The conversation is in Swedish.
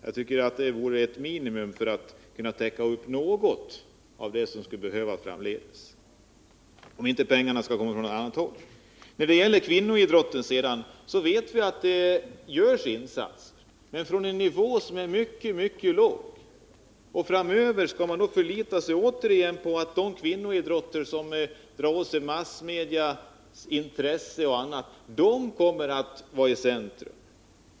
Jag tycker att det vore ett minimum för att kunna täcka några av behoven framdeles — om inte pengarna skall komma från annat håll. Vi vet att det görs insatser för kvinnoidrotten, men från en nivå som är mycket låg. Skall man framöver återigen förlita sig på att de kvinnoidrotter som drar åt sig massmedias intresse kommer att vara i centrum?